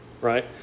right